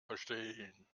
verstehen